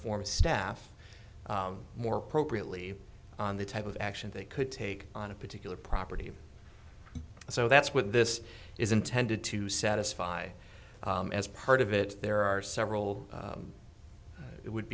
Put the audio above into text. inform staff more appropriately on the type of action they could take on a particular property so that's what this is intended to satisfy as part of it there are several it would